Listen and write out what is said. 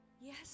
Yes